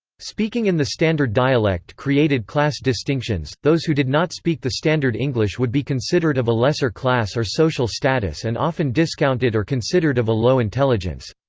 speaking in the standard dialect created class distinctions those who did not speak the standard english would be considered of a lesser class or social status and often discounted or considered of a low intelligence.